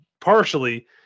partially